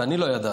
ואני לא ידעתי,